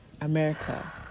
America